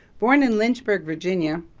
born in lynchburg, virginia,